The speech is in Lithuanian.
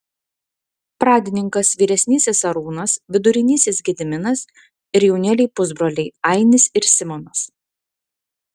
pradininkas vyresnysis arūnas vidurinysis gediminas ir jaunėliai pusbroliai ainis ir simonas